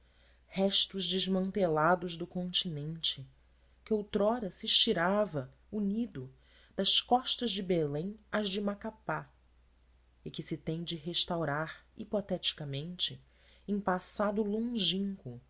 restos desmantelados do continente que outrora se estirava unido da costa de belém à de macapá e que se tem de restaurar hipoteticamente um passado longínquo